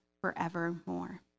forevermore